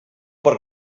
per